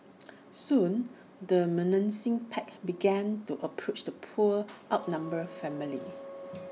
soon the menacing pack began to approach the poor outnumbered family